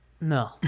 no